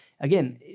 Again